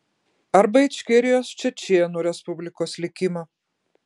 arba ičkerijos čečėnų respublikos likimą